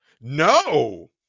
No